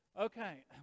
Okay